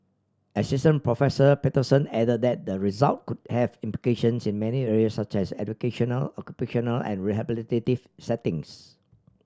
Assistant Professor Patterson added that the result could have implications in many areas such as educational occupational and rehabilitative settings